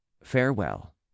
Farewell